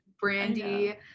Brandy